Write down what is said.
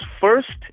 First